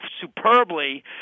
superbly